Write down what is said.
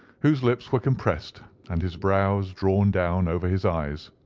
whose lips were compressed and his brows drawn down over his eyes.